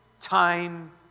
time